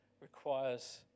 requires